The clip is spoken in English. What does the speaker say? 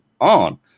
on